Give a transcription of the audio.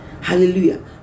Hallelujah